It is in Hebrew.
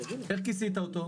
איך כיסית אותו?